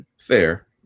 fair